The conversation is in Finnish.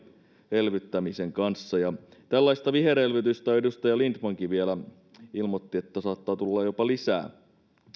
elvyttämisen kanssa tällaista viherelvytystä edustaja lindtmankin vielä ilmoitti että saattaa tulla jopa lisää